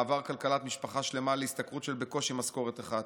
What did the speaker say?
מעבר כלכלת משפחה שלמה להשתכרות של בקושי משכורת אחת,